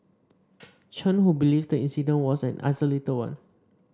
Chen who believes the incident was an isolated one